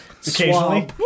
Occasionally